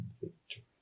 victory